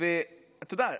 אתה יודע,